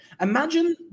Imagine